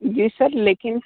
जी sir लेकिन